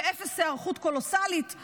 באפס היערכות קולוסלית,